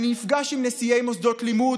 אני נפגש עם נשיאי מוסדות לימוד,